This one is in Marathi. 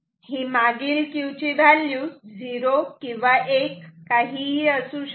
हे मागील Q ची व्हॅल्यू 0 किंवा 1 असू शकते